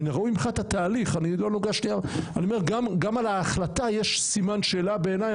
מן הראוי מבחינת התהליך אני אומר: גם על ההחלטה יש סימן שאלה בעיניי,